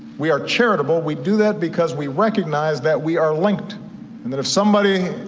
we are charitable, we do that because we recognise that we are linked and that if somebody,